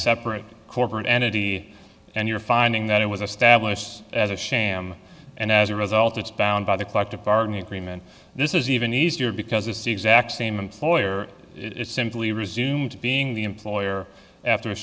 separate corporate entity and you're finding that it was a stablished as a sham and as a result it's bound by the collective bargaining agreement this is even easier because it's the exact same employer simply resume to being the employer after a